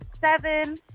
seven